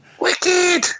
Wicked